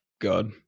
God